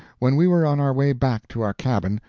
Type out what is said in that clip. when we were on our way back to our cabin,